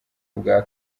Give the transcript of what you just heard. bwa